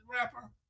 rapper